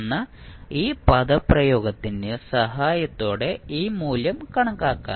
എന്ന ഈ പദപ്രയോഗത്തിന്റെ സഹായത്തോടെ ഈ മൂല്യം കണക്കാക്കാം